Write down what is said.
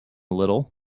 little